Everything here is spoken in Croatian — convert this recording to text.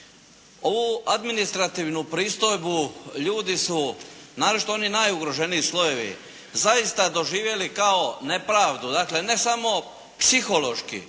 Ovu administrativnu pristojbu ljudi su naročito oni najugroženiji slojevi zaista doživjeli kao nepravdu. Dakle, ne samo psihološki